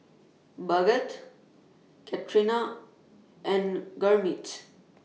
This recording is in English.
Bhagat Ketna and Gurmeet